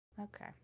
Okay